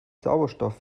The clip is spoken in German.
sauerstoff